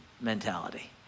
mentality